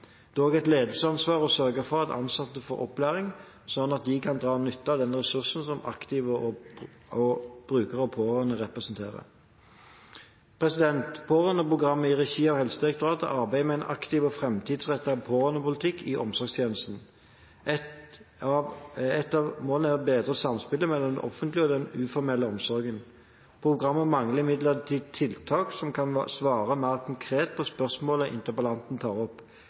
Det er òg et ledelsesansvar å sørge for at ansatte får opplæring, sånn at de kan dra nytte av den ressursen som aktive brukere og pårørende representerer. Pårørendeprogrammet i regi av Helsedirektoratet arbeider med en aktiv og framtidsrettet pårørendepolitikk i omsorgstjenesten. Et av målene er å bedre samspillet mellom den offentlige og den uformelle omsorgen. Programmet mangler imidlertid tiltak som kan svare mer konkret på spørsmålet interpellanten tar opp.